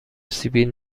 سیبیل